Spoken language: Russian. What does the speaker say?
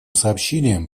сообщениям